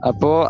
Apo